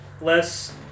less